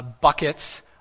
buckets